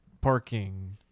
parking